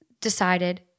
decided